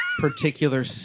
particular